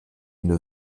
une